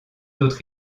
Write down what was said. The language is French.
d’autre